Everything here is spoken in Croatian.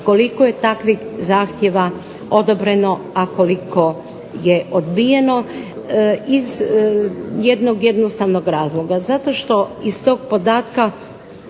koliko je takvih zahtjeva odobreno, a koliko je odbijeno. Iz jednog jednostavnog razloga, zato što iz tog podatka